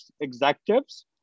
executives